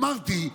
אמרתי,